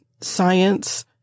science